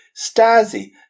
Stasi